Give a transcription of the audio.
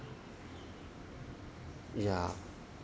ya